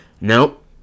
Nope